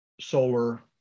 solar